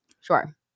Sure